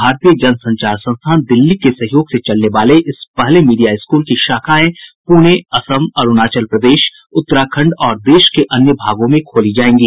भारतीय जनसंचार संस्थान दिल्ली के सहयोग से चलने वाले इस पहले मीडिया स्कूल की शाखाएं पुणे असम अरूणाचल प्रदेश उत्तराखंड और देश के अन्य भागों में खोली जाएंगी